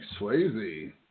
Swayze